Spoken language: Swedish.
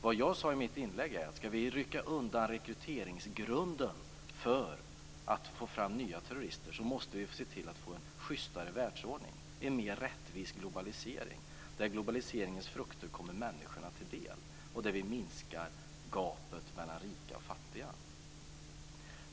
Vad jag sade i mitt inlägg var att ska vi rycka undan rekryteringsgrunden för att få fram nya terrorister, måste vi se till att få en schystare världsordning, en mer rättvis globalisering där globaliseringens frukter kommer människorna till del och där vi minskar gapet mellan rika och fattiga.